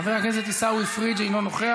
חבר הכנסת עיסאווי פריג' אינו נוכח.